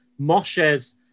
Moshe's